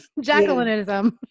Jacquelineism